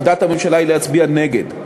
עמדת הממשלה היא להצביע נגד.